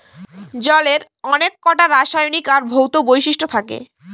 জলের অনেককটা রাসায়নিক আর ভৌত বৈশিষ্ট্য থাকে